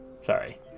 Sorry